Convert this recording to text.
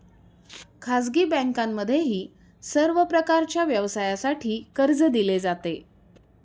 खाजगी बँकांमध्येही सर्व प्रकारच्या व्यवसायासाठी कर्ज दिले जाते